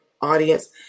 audience